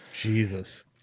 Jesus